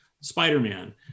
spider-man